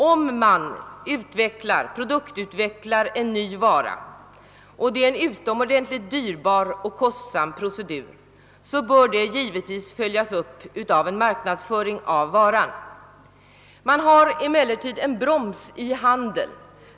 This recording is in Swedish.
Om man produktutvecklar en ny vara — och det är en utomordentligt dyrbar och kostsam procedur — bör detta givetvis följas upp av marknadsföring av varan. Här finns emellertid en broms, handeln.